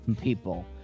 people